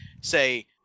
say